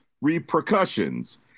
repercussions